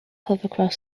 hovercraft